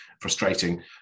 Frustrating